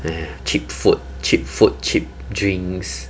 cheap food cheap food cheap drinks